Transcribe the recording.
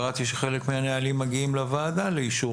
קראתי שחלק מהנהלים מגיעים לוועדה לאישור